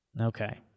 Okay